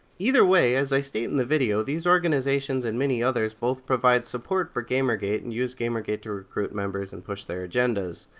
either way, as i state in the video, these organizations and many others both provide support for gamergate and use gamergate gamergate to recruit members and push their agendas.